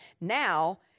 now